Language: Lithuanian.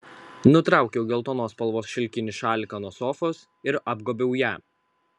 nutraukiau geltonos spalvos šilkinį šaliką nuo sofos ir apgobiau ją